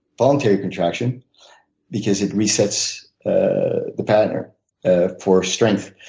voluntary contraction because it resets ah the pattern ah for strength.